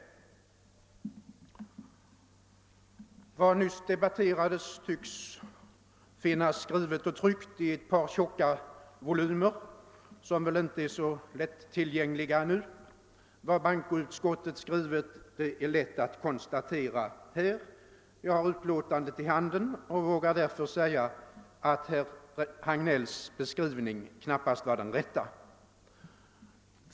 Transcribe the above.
Det som nyss debatterades lär finnas redovisat i ett par tjocka tryckta volymer, som väl inte är så lättillgängliga just nu. Vad bankoutskottet skrivit är lätt att konstatera — jag har utlåtandet i min hand och vågar därför säga att herr Hagnells beskrivning knappast var den rätta.